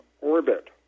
orbit